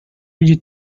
really